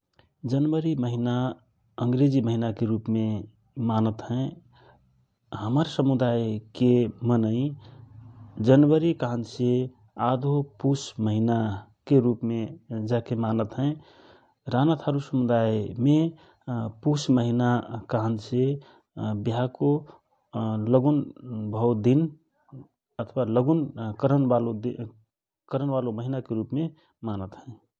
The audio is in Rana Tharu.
जनवरी महिना अंग्रेजी महिना के रूपमे मानत हँए । हमर समुदायके मनै जनवरी कहनसे आधो पुस महिना के रूप मे मानत हए रानाथारू समुदायमे पुस महिना कहनसे व्याहको लगन भौ व अथवा लगुन करन बारो महिनाके रूपमे मानत हए ।